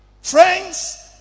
Friends